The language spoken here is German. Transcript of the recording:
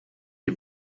die